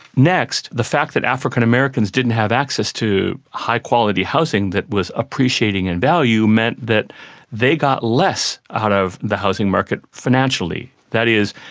next, the fact that african americans didn't have access to high-quality housing that was appreciating in value meant that they got less out of the housing market financially. that is,